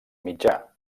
mitjà